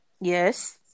Yes